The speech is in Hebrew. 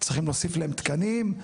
צריך להוסיף להם תקנים.